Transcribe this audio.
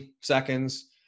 seconds